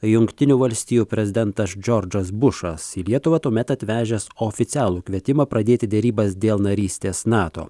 jungtinių valstijų prezidentas džordžas bušas į lietuvą tuomet atvežęs oficialų kvietimą pradėti derybas dėl narystės nato